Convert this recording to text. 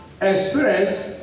experience